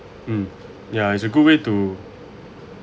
mm yeah it's a good way to